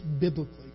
biblically